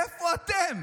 איפה אתם?